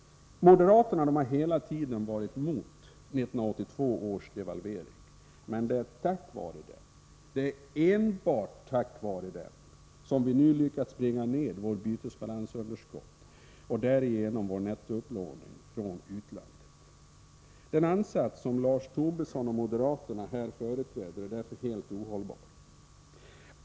Moderaterna har hela tiden varit emot 1982 års devalvering. Men det är enbart tack vare denna som vi lyckats bringa ned vårt bytesbalansunderskott och därigenom vår nettoupplåning från utlandet. Den ansats som Lars Tobisson och moderaterna här företräder är därför helt ohållbar.